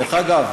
דרך אגב,